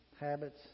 habits